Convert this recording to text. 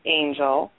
angel